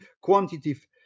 quantitative